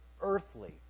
earthly